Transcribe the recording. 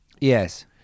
Yes